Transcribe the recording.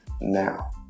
now